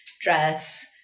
dress